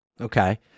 Okay